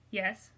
yes